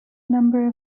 number